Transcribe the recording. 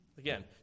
Again